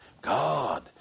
God